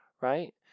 Right